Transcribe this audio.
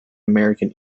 american